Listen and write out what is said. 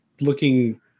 looking